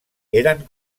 eren